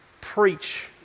preach